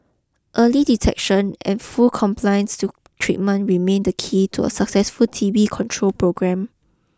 early detection and full compliance to treatment remain the key to a successful T B control programme